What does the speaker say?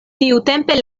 tiutempe